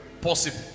possible